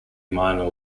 minor